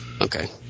okay